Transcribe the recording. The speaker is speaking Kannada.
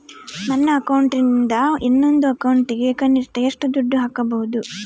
ನನ್ನ ಅಕೌಂಟಿಂದ ಇನ್ನೊಂದು ಅಕೌಂಟಿಗೆ ಕನಿಷ್ಟ ಎಷ್ಟು ದುಡ್ಡು ಹಾಕಬಹುದು?